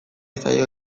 zaio